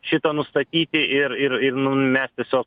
šito nustatyti ir ir nu mes tiesiog